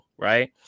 right